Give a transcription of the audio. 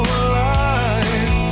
alive